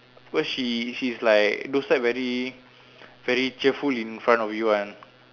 because she she's like those type very very cheerful in front of you one